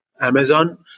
Amazon